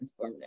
transformative